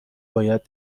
باید